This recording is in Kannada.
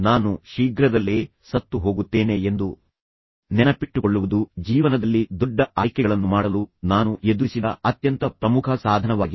ನಾನು ಶೀಘ್ರದಲ್ಲೇ ಸತ್ತು ಹೋಗುತ್ತೇನೆ ಎಂದು ನೆನಪಿಟ್ಟುಕೊಳ್ಳುವುದು ಜೀವನದಲ್ಲಿ ದೊಡ್ಡ ಆಯ್ಕೆಗಳನ್ನು ಮಾಡಲು ನಾನು ಎದುರಿಸಿದ ಅತ್ಯಂತ ಪ್ರಮುಖ ಸಾಧನವಾಗಿದೆ